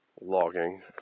logging